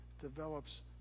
develops